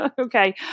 Okay